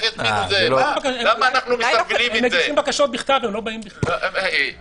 ביקשנו להוסיף סעיף 5,